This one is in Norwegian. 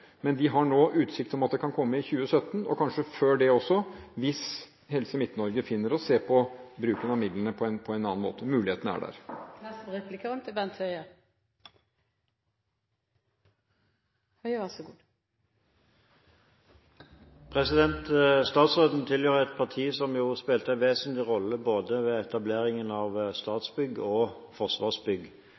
men de har nå utsikt til at det kan komme i 2017, og kanskje før det også, hvis Helse Midt-Norge finner å se på bruken av midlene på en annen måte. Muligheten er der. Statsråden tilhører et parti som spilte en vesentlig rolle ved etableringen av både Statsbygg og